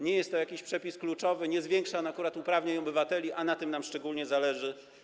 Nie jest to jakiś przepis kluczowy, nie zwiększa on akurat uprawnień obywateli, a na tym nam szczególnie zależy.